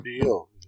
deal